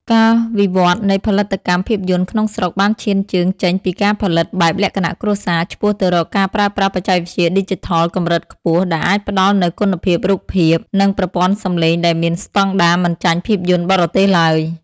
ការវិវត្តនៃផលិតកម្មភាពយន្តក្នុងស្រុកបានឈានជើងចេញពីការផលិតបែបលក្ខណៈគ្រួសារ ឆ្ពោះទៅរកការប្រើប្រាស់បច្ចេកវិទ្យាឌីជីថលកម្រិតខ្ពស់ ដែលអាចផ្ដល់នូវគុណភាពរូបភាព និងប្រព័ន្ធសំឡេងដែលមានស្ដង់ដារមិនចាញ់ភាពយន្តបរទេសឡើយ។